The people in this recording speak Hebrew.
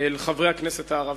אל חברי הכנסת הערבים.